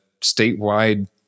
statewide